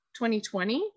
2020